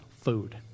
food